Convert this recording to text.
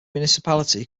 municipality